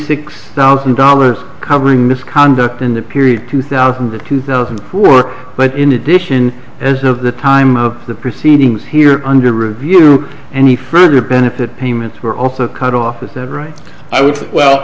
six thousand dollars covering misconduct in the period two thousand to two thousand work but in addition as of the time of the proceedings here under review any further benefit payments were also cut off with that right